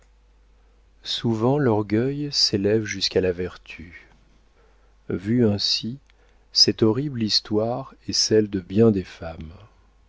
souvent l'orgueil s'élève jusqu'à la vertu vue ainsi cette horrible histoire est celle de bien des femmes